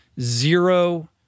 Zero